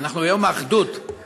אנחנו ביום האחדות, אנחנו ביום האחדות.